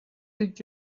did